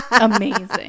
Amazing